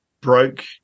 broke